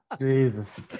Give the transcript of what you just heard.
Jesus